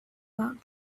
about